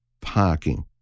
parking